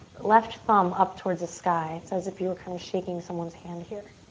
left thumb up towards the sky. it's as if you were kind of shaking someone's hand here.